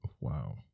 Wow